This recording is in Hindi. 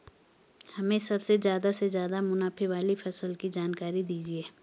हमें सबसे ज़्यादा से ज़्यादा मुनाफे वाली फसल की जानकारी दीजिए